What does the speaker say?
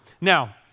Now